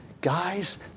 Guys